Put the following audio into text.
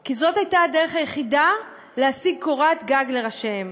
כי זאת הייתה הדרך היחידה להשיג קורת גג מעל ראשיהם